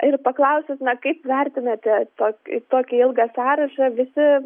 ir paklausus na kaip vertinate tokį tokį ilgą sąrašą visi